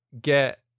get